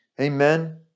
Amen